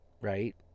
right